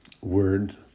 word